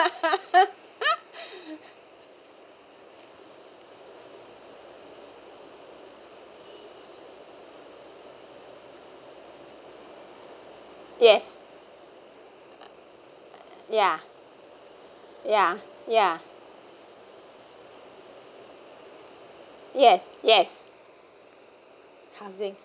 yes ya ya ya yes yes housing